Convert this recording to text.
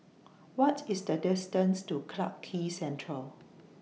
What IS The distance to Clarke Quay Central